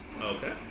Okay